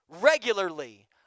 regularly